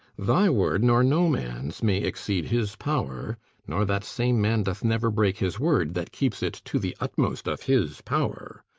thy word, nor no mans, may exceed his power nor that same man doth never break his word, that keeps it to the utmost of his power.